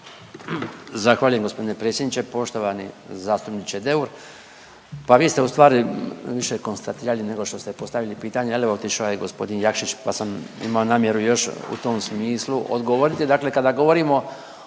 Zahvaljujem g. predsjedniče. Poštovani zastupniče Deur, pa vi ste ustvari više konstatirali nego što ste postavili pitanje je li. Otišao je g. Jakšić, pa sam imao namjeru još u tom smislu odgovoriti. Dakle, kada govorimo